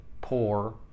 poor